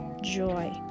joy